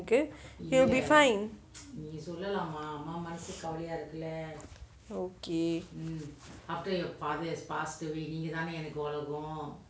okay you will be fine okay